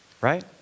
right